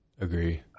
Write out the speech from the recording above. agree